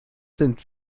sind